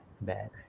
bad